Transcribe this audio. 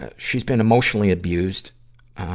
ah she's been emotionally abused,